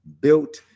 built